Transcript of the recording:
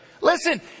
Listen